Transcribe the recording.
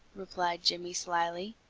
replied jimmy slyly.